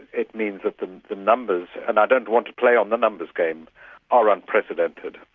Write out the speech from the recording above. it means that the the numbers and i don't want to play on the numbers game are unprecedented.